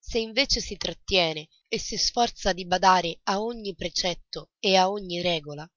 se invece si trattiene e si sforza di badare a ogni precetto e a ogni regola